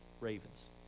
Ravens